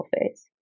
phase